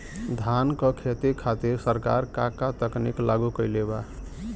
धान क खेती खातिर सरकार का का तकनीक लागू कईले बा?